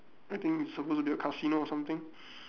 I think it's suppose to be a casino or something